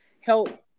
help